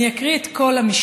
אני אקרא את כל המשנה,